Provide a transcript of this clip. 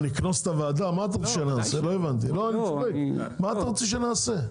מה לגנוז את הוועדה לא הבנתי, מה אתה רוצה שנעשה?